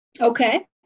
okay